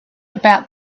about